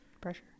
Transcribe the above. Pressure